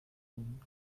von